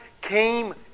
came